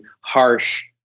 harsh